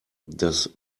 das